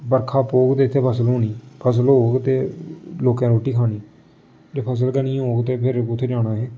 बरखा पौग ते इत्थै फसल होनी फसल होग ते लोकें रुट्टी खानी जे फसल गै निं होग ते फिर कु'त्थै जाना असें